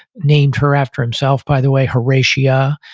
named her after himself by the way, hirashia.